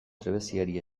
trebeziari